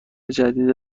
جدید